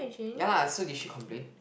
ya lah so did she complain